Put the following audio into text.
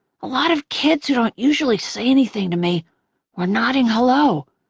a lot of kids who don't usually say anything to me were nodding hello,